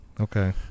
Okay